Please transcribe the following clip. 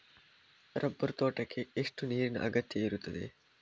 Rubber ತೋಟಕ್ಕೆ ಎಷ್ಟು ನೀರಿನ ಅಗತ್ಯ ಇರುತ್ತದೆ?